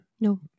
No